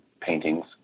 paintings